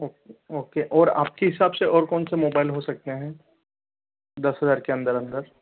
okay okay और आपके हिसाब से और कौन से मोबाइल हो सकते हैं दस हज़ार के अंदर अंदर